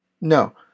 No